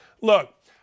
Look